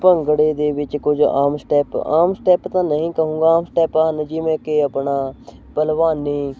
ਭੰਗੜੇ ਦੇ ਵਿੱਚ ਕੁਝ ਆਮ ਸਟੈਪ ਆਮ ਸਟੈਪ ਤਾਂ ਨਹੀਂ ਕਹੂੰਗਾ ਸਟੈਪ ਹਨ ਜਿਵੇਂ ਕਿ ਆਪਣਾ ਭਲਵਾਨੀ